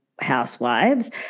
housewives